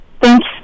Thanks